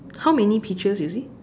how many peaches you see